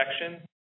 section